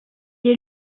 est